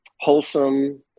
wholesome